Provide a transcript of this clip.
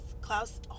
klaus